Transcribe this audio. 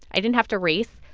i didn't have to race.